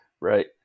Right